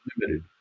limited